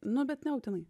nu bet nebūtinai